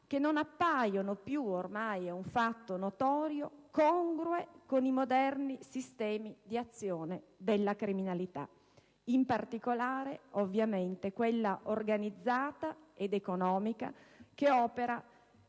non più congrue - ormai è un fatto notorio - con i moderni sistemi di azione della criminalità, in particolare ovviamente quella organizzata ed economica, che opera